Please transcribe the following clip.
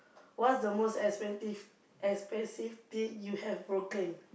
what's the most expensive expensive thing you have broken